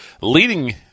leading